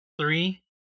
three